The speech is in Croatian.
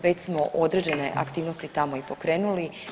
Već smo određene aktivnosti tamo i pokrenuli.